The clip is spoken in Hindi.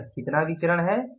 तो यह कितना विचरण है